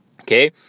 Okay